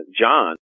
John